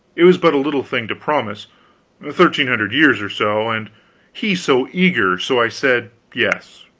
it was but a little thing to promise thirteen hundred years or so and he so eager so i said yes.